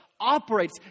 operates